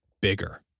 bigger